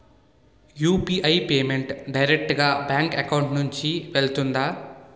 UPI payment direct గా bank account నుంచి వెళ్తుందా?